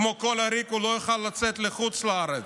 כמו כל עריק הוא לא יוכל לצאת לחוץ לארץ,